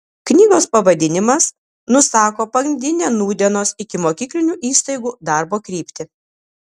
knygos pavadinimas nusako pagrindinę nūdienos ikimokyklinių įstaigų darbo kryptį